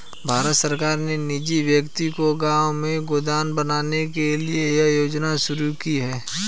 भारत सरकार ने निजी व्यक्ति को गांव में गोदाम बनवाने के लिए यह योजना शुरू की है